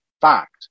fact